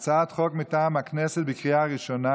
הצעת חוק מטעם הכנסת בקריאה ראשונה.